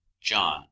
John